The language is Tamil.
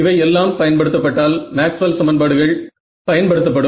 இவை எல்லாம் பயன்படுத்தப்பட்டால் மேக்ஸ்வெல் சமன்பாடுகள் பயன்படுத்தப்படும்